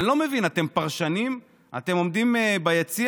אני לא מבין, אתם פרשנים, אתם עומדים ביציע?